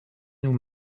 nous